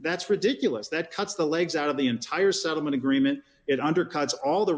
that's ridiculous that cuts the legs out of the entire settlement agreement it undercuts all the